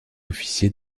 officier